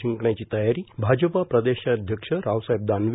जिंकण्याची तयारी भाजप प्रदेशाध्यक्ष रावसाहेब दानवे